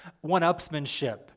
one-upsmanship